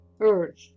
earth